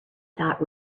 thought